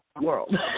world